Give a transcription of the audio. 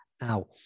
now